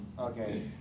Okay